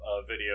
video